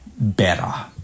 better